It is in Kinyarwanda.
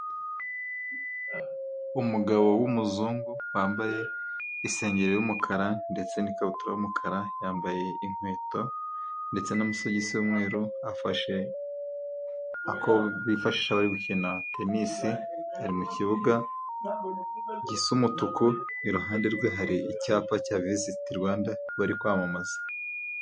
Umugabo w'umuzungu wambaye isengeri y'umukara ndetse n'ikabutura y'umukara, yambaye inkweto ndetse n'amasogisi y'umweru, afashe ako bifashisha bari gukina tenisi, ari mu kibuga gisa umutuku, iruhande rwe hari icyapa cya Visiti Rwanda, bari kwamamaza.